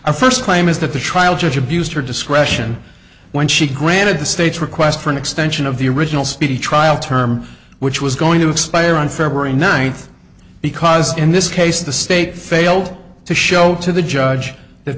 a first claim is that the trial judge abused her discretion when she granted the state's request for an extension of the original speedy trial term which was going to expire on february ninth because in this case the state failed to show to the judge that